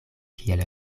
kiel